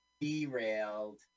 Derailed